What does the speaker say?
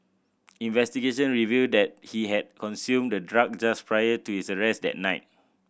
investigation revealed that he had consumed the drug just prior to his arrest that night